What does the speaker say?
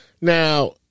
Now